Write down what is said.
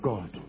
God